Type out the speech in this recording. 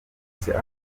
africa